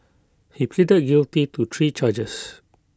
he pleaded guilty to three charges